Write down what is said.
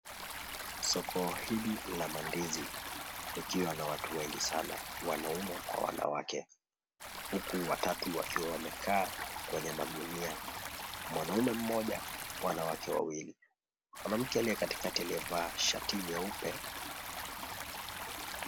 Soko hili la mandizi likiwa na watu wengi sana, wanaume kwa wanawake, huku watatu wakiwa wamekaa kwenye magunia, mwanaume mmoja wanawake wawili. Mwanamke aliyekatikati aliyevaa shati nyeupe.